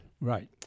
Right